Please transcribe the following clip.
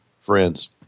friends